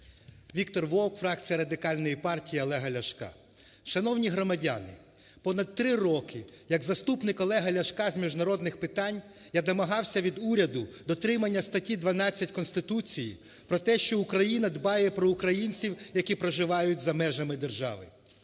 Віктор Вовк, фракція Радикальної партії Олега Ляшка. Шановні громадяни, понад три роки як заступник Олега Ляшка з міжнародних питань я домагався від уряду дотримання статті 12 Конституції про те, що Україна дбає про українців, які проживають за межами держави.